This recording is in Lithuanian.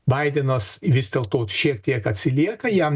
baidenas vis dėlto šiek tiek atsilieka jam